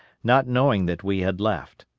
not knowing that we had left.